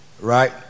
Right